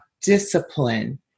discipline